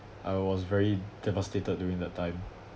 I was very devastated during that time